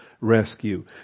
rescue